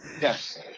Yes